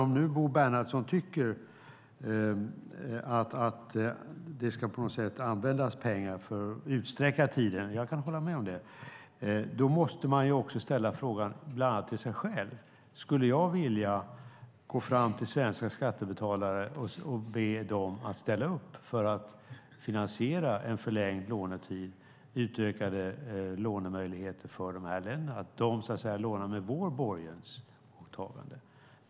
Om Bo Bernhardsson tycker att pengar ska användas för att utsträcka tiden, och jag kan hålla med om det, måste man ställa frågan till sig själv: Skulle jag vilja gå fram till svenska skattebetalare och be dem att ställa upp och finansiera en förlängd lånetid och utökade lånemöjligheter för dessa länder, att de lånar med vårt borgensåtagande?